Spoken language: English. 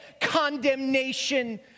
condemnation